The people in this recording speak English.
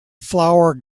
flower